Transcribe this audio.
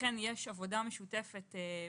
ולכן יש עבודה משותפת עם